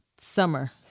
Summer